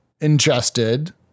ingested